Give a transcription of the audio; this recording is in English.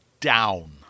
down